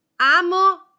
amo